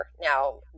Now